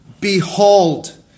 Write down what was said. behold